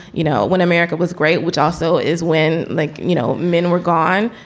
you know, when america was great, which also is when, like, you know, men were gone,